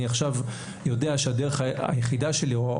עכשיו יודע שהדרך היחידה שלי או לא